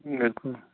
بِلکُل